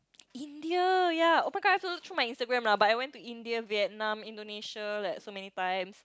India ya oh-my-god I have to through my Instagram lah but I went to Indian Vietnam Indonesia like so many times